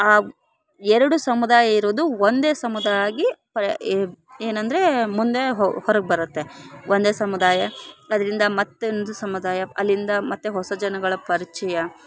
ಆ ಎರಡು ಸಮುದಾಯ ಇರೋದು ಒಂದೇ ಸಮುದಾ ಆಗಿ ಏನಂದರೆ ಮುಂದೆ ಹೊರಗೆ ಬರತ್ತೆ ಒಂದೆ ಸಮುದಾಯ ಅದರಿಂದ ಮತ್ತೊಂದು ಸಮುದಾಯ ಅಲ್ಲಿಂದ ಮತ್ತೆ ಹೊಸ ಜನಗಳ ಪರಿಚಯ